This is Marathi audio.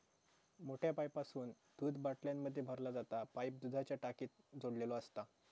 मोठ्या पाईपासून दूध बाटल्यांमध्ये भरला जाता पाईप दुधाच्या टाकीक जोडलेलो असता